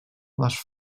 les